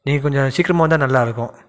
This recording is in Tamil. நீங்கள் கொஞ்சம் சீக்கிரமாக வந்தால் நல்லா இருக்கும்